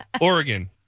oregon